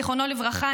זיכרונו לברכה,